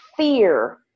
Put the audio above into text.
Fear